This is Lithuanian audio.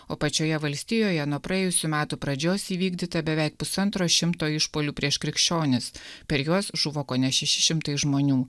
o pačioje valstijoje nuo praėjusių metų pradžios įvykdyta beveik pusantro šimto išpuolių prieš krikščionis per juos žuvo kone šeši šimtai žmonių